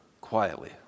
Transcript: quietly